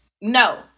no